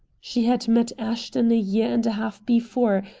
she had met ashton a year and a half before,